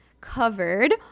covered